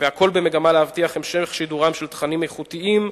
והכול במגמה להבטיח המשך שידורם של תכנים איכותיים,